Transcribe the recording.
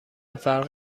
فرق